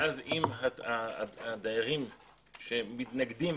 ואם הדיירים שמתנגדים,